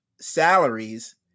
Salaries